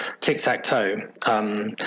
tic-tac-toe